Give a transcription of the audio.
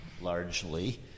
largely